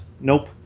Nope